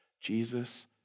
Jesus